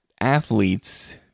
athletes